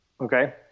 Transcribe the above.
Okay